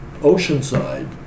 Oceanside